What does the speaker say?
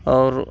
और